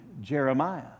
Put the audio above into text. Jeremiah